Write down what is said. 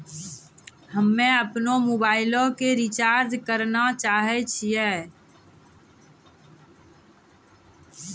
हम्मे अपनो मोबाइलो के रिचार्ज करना चाहै छिये